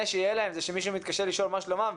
שיהיה להם זה שמישהו מתקשר לשאול מה שלומם,